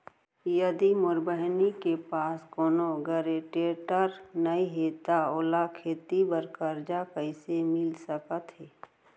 यदि मोर बहिनी के पास कोनो गरेंटेटर नई हे त ओला खेती बर कर्जा कईसे मिल सकत हे?